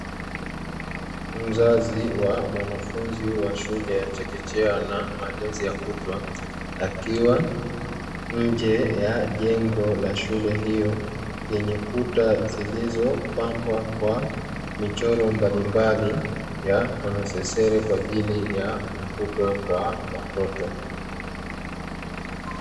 Mzazi wa mwanafunzi wa shule ya chekechea na malezi ya kutwa. Akiwa na shule hiyo yenye kuta zilizo pambwa, kwa michoro mbalimbali ya wanasesere kwa ajili ya mvuto kwa watoto.